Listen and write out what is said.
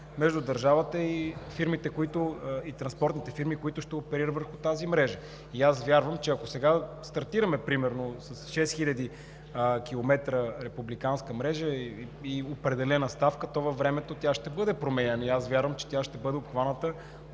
между държавата и транспортните фирми, които ще оперират върху тази мрежа. И аз вярвам, че ако сега стартираме примерно с 6 хил. км републиканска мрежа и определена ставка, то във времето тя ще бъде променяна и ще бъде обхваната